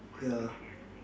ya